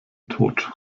tot